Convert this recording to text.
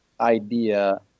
idea